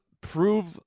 prove